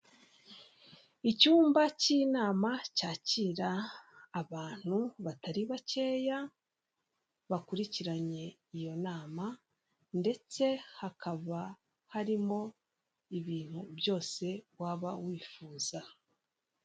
Icyumba cy'inama cyakira abantu batari bakeya, bakurikiranye iyo nama, ndetse hakaba harimo ibintu byose waba wifuza.